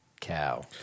Cow